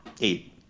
Eight